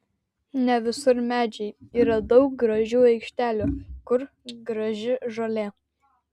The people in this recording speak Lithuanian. ne visur medžiai yra daug gražių aikštelių kur graži žolė